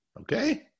Okay